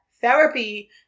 therapy